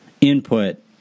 input